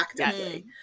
actively